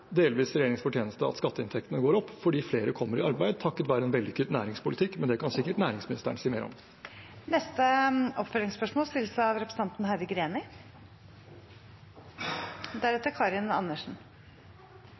delvis regjeringens fortjeneste at skatteinntektene går opp, fordi flere kommer i arbeid takket være en vellykket næringspolitikk. Men det kan sikkert næringsministeren si mer om. Heidi Greni – til oppfølgingsspørsmål.